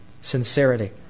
Sincerity